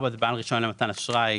בסעיף (4) בעל רישיון למתן אשראי,